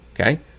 Okay